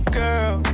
girl